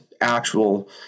actual